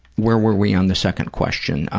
where were we on the second question,